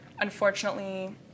unfortunately